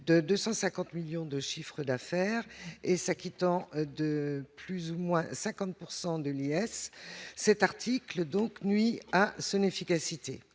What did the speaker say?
de 250 millions de chiffre d'affaires et s'acquittant de plus ou moins 50 pourcent de l'cet article donc nuit à Sun efficacité